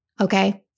Okay